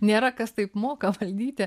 nėra kas taip moka valdyti